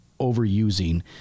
overusing